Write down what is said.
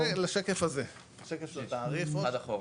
לזה, לשקף של התעריף, אחד אחורה.